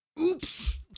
Oops